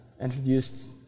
introduced